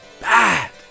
bad